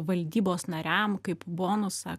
valdybos nariam kaip bonusą